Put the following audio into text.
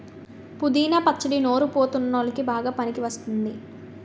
పుదీనా పచ్చడి నోరు పుతా వున్ల్లోకి బాగా పనికివస్తుంది